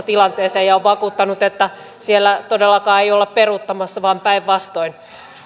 tilanteeseen ja on vakuuttanut että siellä todellakaan ei olla peruuttamassa vaan päinvastoin